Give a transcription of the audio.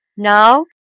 Now